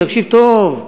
תקשיב טוב.